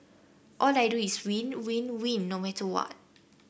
all I do is win win win no matter what